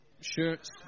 shirts